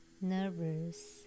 nervous